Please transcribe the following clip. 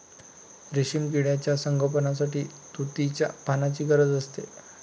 रेशीम किड्यांच्या संगोपनासाठी तुतीच्या पानांची गरज असते